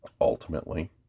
Ultimately